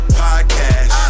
podcast